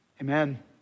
amen